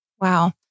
Wow